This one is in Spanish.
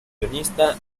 pianista